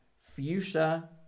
fuchsia